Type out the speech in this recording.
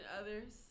others